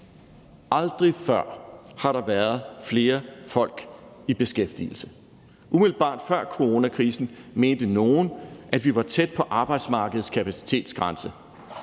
Aldrig før har der været flere folk i beskæftigelse. Umiddelbart før coronakrisen mente nogle, at vi var tæt på arbejdsmarkedets kapacitetsgrænse.